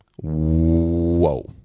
Whoa